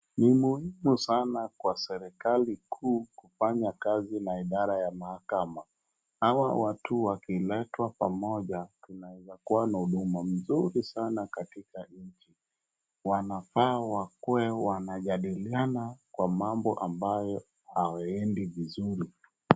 Ni muhimu sana kwa serikali kuu kufanya kazi na idara ya mahakama. Hawa watu wakiletwa pamoja tunaeza kuwa na huduma mzuri sana katika nchi. Wanafaa wakue wanajadiliana kwa mambo ambayo hawaendi vizuri.